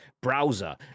Browser